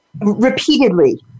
repeatedly